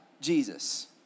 Jesus